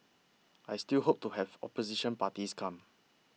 I still hope to have opposition parties come